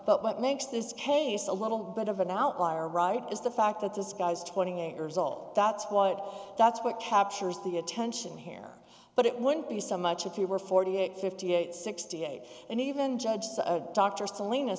but what makes this case a little bit of an outlier right is the fact that this guy is twenty eight years old that's what that's what captures the attention here but it wouldn't be so much if you were forty eight fifty eight sixty eight and even judge a doctor salinas